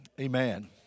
Amen